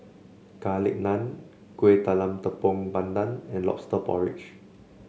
Garlic Naan Kuih Talam Tepong Pandan and lobster porridge